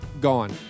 gone